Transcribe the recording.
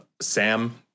Sam